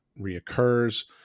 reoccurs